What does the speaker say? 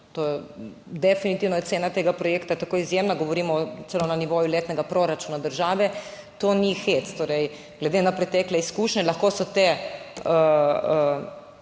To je definitivno je cena tega projekta tako izjemna, govorimo celo na nivoju letnega proračuna države, to ni hec. Torej, glede na pretekle izkušnje, lahko so te